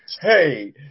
Hey